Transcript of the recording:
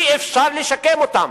אי-אפשר לשקם אותם.